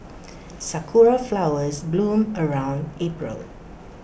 Sakura Flowers bloom around April